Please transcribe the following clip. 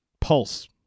Pulse